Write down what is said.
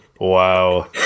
Wow